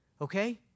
okay